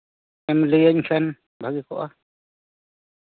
ᱮᱢ ᱞᱟᱹᱭᱟᱹᱧ ᱠᱷᱟᱱ ᱵᱷᱟᱜᱮ ᱠᱚᱜᱼᱟ